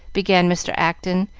began mr. acton,